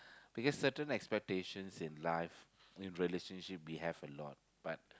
because certain expectations in life in relationship we have a lot but